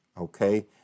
okay